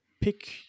pick